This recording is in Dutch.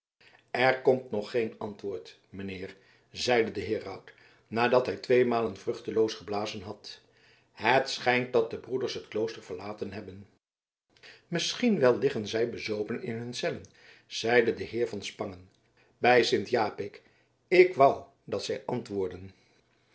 er komt nog geen antwoord mijn heer zeide de heraut nadat hij tweemalen vruchteloos geblazen had het schijnt dat de broeders het klooster verlaten hebben misschien wel liggen zij bezopen in hun cellen zeide de heer van spangen bij sint japik ik wou dat zij antwoordden